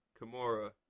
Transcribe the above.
Kimura